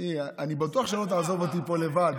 אני בטוח שלא תעזוב אותי פה לבד,